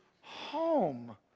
home